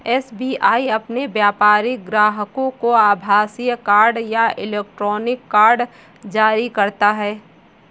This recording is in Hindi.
एस.बी.आई अपने व्यापारिक ग्राहकों को आभासीय कार्ड या इलेक्ट्रॉनिक कार्ड जारी करता है